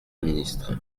ministre